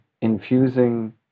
infusing